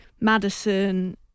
Madison